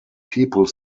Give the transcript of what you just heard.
people